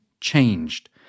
changed